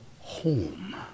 home